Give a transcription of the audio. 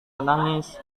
menangis